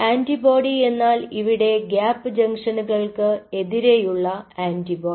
Ab എന്നാൽ ഇവിടെ gap ജംഗ്ഷനുകൾക്ക് എതിരെയുള്ള ആൻറിബോഡി